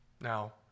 now